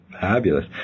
Fabulous